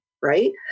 right